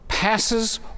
passes